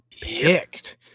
picked